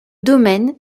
domaine